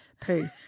poo